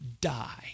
die